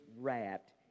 wrapped